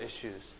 issues